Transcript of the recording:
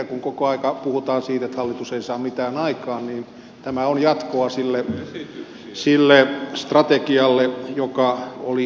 kun koko aika puhutaan siitä että hallitus ei saa mitään aikaan niin tämä on jatkoa sille strategialle joka oli aikaisemminkin